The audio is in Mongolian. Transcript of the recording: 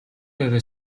яриа